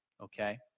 okay